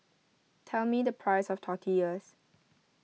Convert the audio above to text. tell me the price of Tortillas